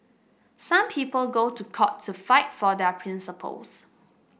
some people go to court to fight for their principles